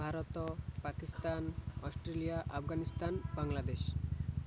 Bharat Pakistan Australia Afghanistan Bangladesh